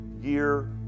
year